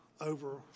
over